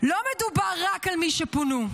לא מדובר רק על מי שפונו.